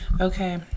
Okay